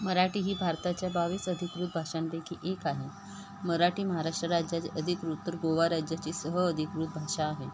मराठी ही भारताच्या बावीस अधिकृत भाषांपैकी एक आहे मराठी महाराष्ट्र राज्याचे अधिकृत तर गोवा राज्याची सह अधिकृत भाषा आहे